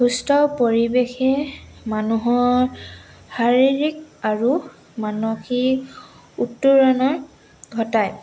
সুস্থ পৰিৱেশে মানুহৰ শাৰীৰিক আৰু মানসিক উত্তৰণৰ ঘটায়